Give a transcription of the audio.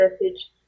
message